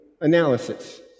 Analysis